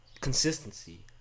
consistency